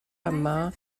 yma